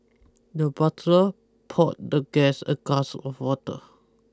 the butler poured the guest a glass of water